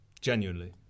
Genuinely